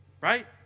Right